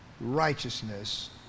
righteousness